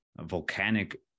volcanic